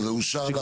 זה אושר?